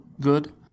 good